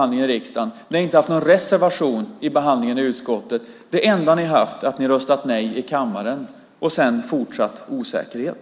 Ni har inte haft någon reservation i behandlingen i utskottet. Det enda ni har åstadkommit är att ni röstat nej i kammaren och sedan fortsatt osäkerhet.